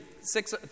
six